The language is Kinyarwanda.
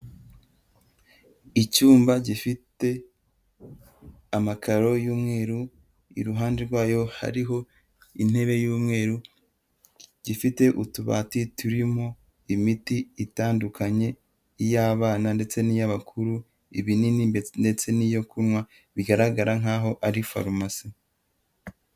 Icyumba gifite amakaro y'umweru, iruhande rwayo hariho intebe y'umweru, gifite utubati turimo imiti itandukanye, iy'abana ndetse n'iy'abakuru, ibinini ndetse n'iyokunywa, bigaragara nkaho ari farumasi.